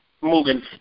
moving